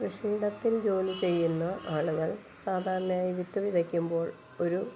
കൃഷി ഇടത്തിൽ ജോലി ചെയ്യുന്ന ആളുകൾ സാധാരണയായി വിത്ത് വിതയ്ക്കുമ്പോൾ ഒരു